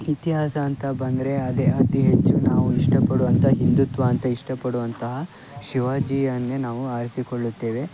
ಇತಿಹಾಸ ಅಂತ ಬಂದರೆ ಅದೇ ಅತಿ ಹೆಚ್ಚು ನಾವು ಇಷ್ಟಪಡುವಂಥ ಹಿಂದುತ್ವ ಅಂತ ಇಷ್ಟಪಡುವಂತಹ ಶಿವಾಜಿಯನ್ನೇ ನಾವು ಆರಿಸಿಕೊಳ್ಳುತ್ತೇವೆ